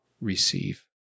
receive